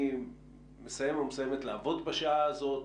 אני מסיים או מסיימת לעבוד בשעה הזאת,